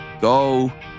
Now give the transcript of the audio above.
go